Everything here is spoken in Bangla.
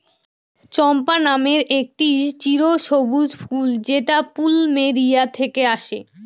চম্পা নামের একটি চিরসবুজ ফুল যেটা প্লুমেরিয়া থেকে আসে